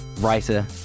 writer